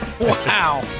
Wow